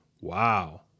Wow